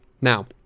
now